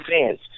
fans